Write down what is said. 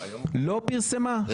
לא פרסמה.